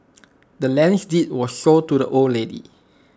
the land's deed was sold to the old lady